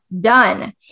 done